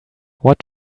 what